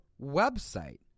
website